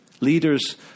Leaders